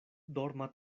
dorma